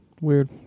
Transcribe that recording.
Weird